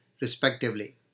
respectively